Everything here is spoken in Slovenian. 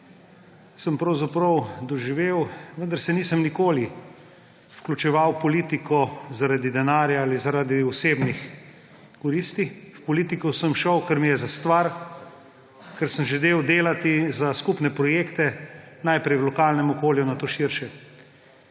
sem pravzaprav doživel, vendar se nisem nikoli vključeval v politiko zaradi denarja ali zaradi osebnih koristi. V politiko sem šel, ker mi je za stvar, ker sem želel delati za skupne projekte, najprej v lokalnem okolju, nato širše.